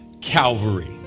Calvary